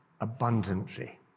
abundantly